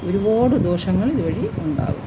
ഒരുപാട് ദോഷങ്ങൾ ഇതുവഴി ഉണ്ടാകും